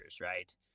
right